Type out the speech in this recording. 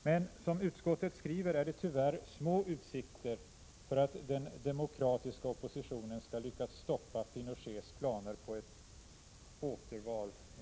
Men som utskottet skriver finns det tyvärr små utsikter för att den demokratiska oppositionen skall lyckas stoppa Pinochets planer på ett ”återval”.